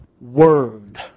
word